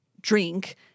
drink